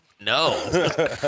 No